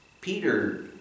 Peter